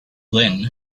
then